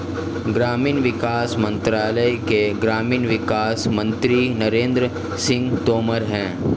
ग्रामीण विकास मंत्रालय के ग्रामीण विकास मंत्री नरेंद्र सिंह तोमर है